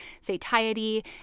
satiety